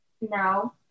No